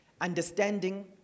Understanding